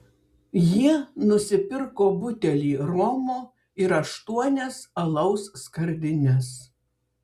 jie nusipirko butelį romo ir aštuonias alaus skardines